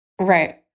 Right